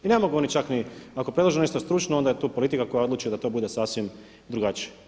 I ne mogu oni čak ni ako predlažu nešto stručno, onda je tu politika koja odluči da to bude sasvim drugačije.